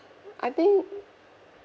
I think